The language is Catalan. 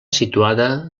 situada